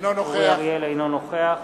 אינו נוכח